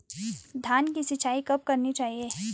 धान की सिंचाईं कब कब करनी चाहिये?